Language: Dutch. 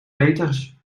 peeters